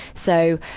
so,